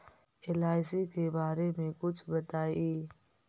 LIC के बारे मे कुछ बताई?